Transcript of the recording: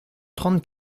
trente